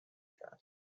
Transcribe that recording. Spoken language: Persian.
کرد